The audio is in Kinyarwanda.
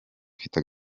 ifite